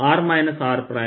r r